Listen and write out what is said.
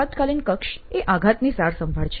આપાતકાલીન કક્ષ એ આઘાતની સારસંભાળ છે